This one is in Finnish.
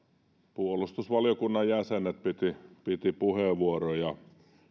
puolustusvaliokunnan jäsenet pitivät puheenvuoroja ja